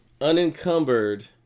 unencumbered